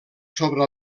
sobre